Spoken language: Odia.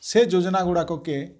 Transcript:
ସେ ଯୋଜନା ଗୁଡ଼ାକ୍ କେ